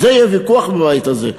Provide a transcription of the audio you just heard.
על זה יהיה ויכוח בבית הזה,